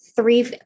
three